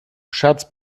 scherz